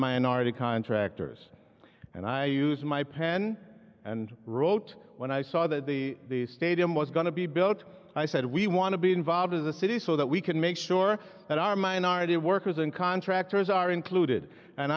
minority contractors and i use my pen and wrote when i saw that the the stadium was going to be built i said we want to be involved as a city so that we can make sure that our minority of workers and contractors are included and